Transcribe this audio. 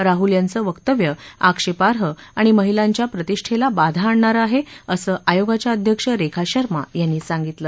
राहुल यांचं वक्तव्य आक्षेपाई आणि महिलांच्या प्रतिष्ठेला बाधा आणणारं आहे असं आयोगाच्या अध्यक्ष रेखा शर्मा यांनी सांगितलं